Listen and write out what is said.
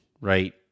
right